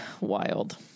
wild